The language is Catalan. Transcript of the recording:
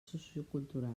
sociocultural